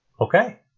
Okay